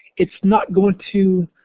it's not going to